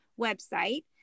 website